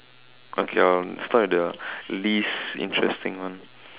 okay I'll start with the least interesting one